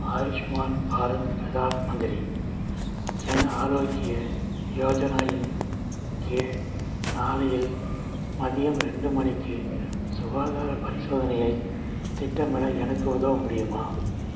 ஆயுஷ்மான் பாரத் ப்ரதான் மந்திரி ஜன ஆரோக்ய யோஜனா இன் கீழ் நாளை இல் மதியம் ரெண்டு மணிக்கு சுகாதாரப் பரிசோதனையைத் திட்டமிட எனக்கு உதவ முடியுமா